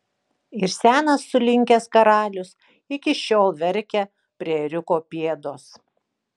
ir senas sulinkęs karalius iki šiol verkia prie ėriuko pėdos